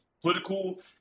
political